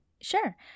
Sure